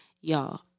y'all